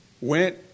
went